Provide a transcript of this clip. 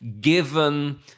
Given